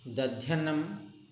दध्यन्नं